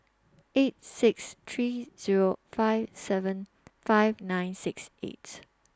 eight six three Zero five seven five nine six eight